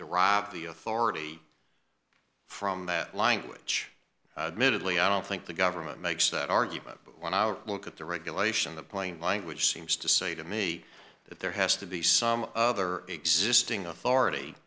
derive the authority from that language minutely i don't think the government makes that argument but when i look at the regulation the plain language seems to say to me that there has to be some other existing authority